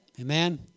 Amen